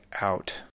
out